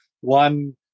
one